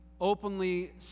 openly